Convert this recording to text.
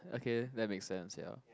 okay that make sense ya